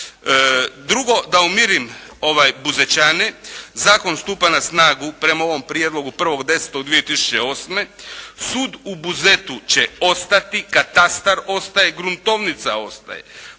Drugo da umirim Buzećane. Zakon stupa na snagu prema ovom prijedlogu 1.10.2008. Sud u Buzetu će ostati, katastar ostaje, gruntovnica ostaje.